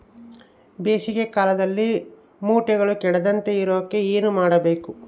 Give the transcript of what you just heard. ಬೇಸಿಗೆ ಕಾಲದಲ್ಲಿ ಮೊಟ್ಟೆಗಳು ಕೆಡದಂಗೆ ಇರೋಕೆ ಏನು ಮಾಡಬೇಕು?